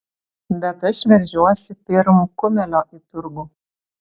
bet aš veržiuosi pirm kumelio į turgų